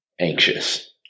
anxious